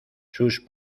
sus